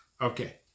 Okay